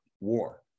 war